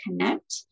connect